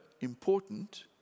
important